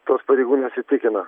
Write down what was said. tos pareigūnės įtikino